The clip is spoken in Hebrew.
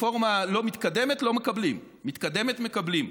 הרפורמה לא מתקדמת, לא מקבלים, מתקדמת, מקבלים.